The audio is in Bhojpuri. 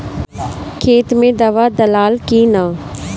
खेत मे दावा दालाल कि न?